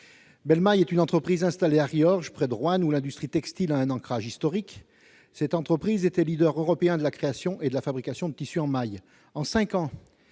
Bel Maille est une entreprise installée à Riorges, près de Roanne, où l'industrie textile a un ancrage historique. Cette entreprise était européen de la création et de la fabrication de tissus en maille.